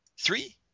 three